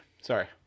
Sorry